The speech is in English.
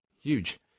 Huge